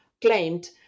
claimed